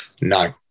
No